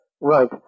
Right